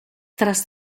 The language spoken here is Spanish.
tras